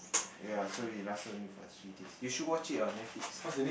ya so it lasted only for three days you should watch it on Netflix